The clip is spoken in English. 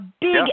big